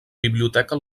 biblioteca